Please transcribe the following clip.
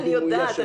אני יודעת.